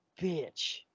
bitch